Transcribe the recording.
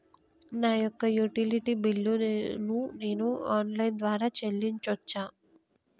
నా యొక్క utility bill ను నేను ఆన్ లైన్ ద్వారా చెల్లించొచ్చా?